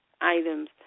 items